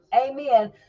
Amen